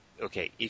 okay